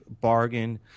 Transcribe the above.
bargain